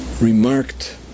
remarked